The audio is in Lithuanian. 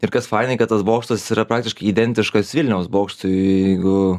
ir kas fainiai kad tas bokštas yra praktiškai identiškas vilniaus bokštui jeigu